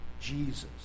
Jesus